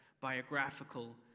biographical